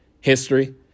history